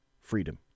freedom